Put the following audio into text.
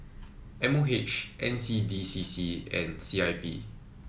M O H N C D C C and C I P